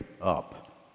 up